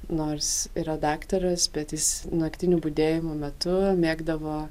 nors yra daktaras bet jis naktinių budėjimų metu mėgdavo